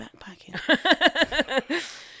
backpacking